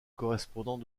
correspondant